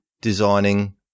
designing